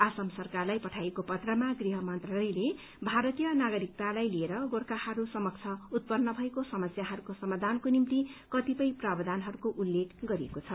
आसाम सरकारलाई पठाइएको पत्रमा गृह मन्त्रालयले भारतीय नागरिकतालाई लिएर गोर्खाहरू समक्ष उत्पन्न भएको समस्याहरूको समाधानको निम्ति कतिपय प्रावधानहरूको उल्लेख गरिएको छ